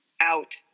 out